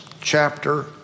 chapter